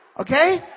Okay